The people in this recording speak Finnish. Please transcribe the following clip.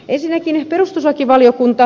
ensinnäkin perustuslakivaliokunta